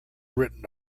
written